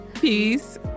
Peace